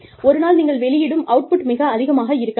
ஒரு நாள் நீங்கள் வெளியிடும் அவுட்புட் மிக அதிகமாக இருக்காது